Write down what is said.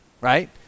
right